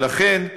ולכן,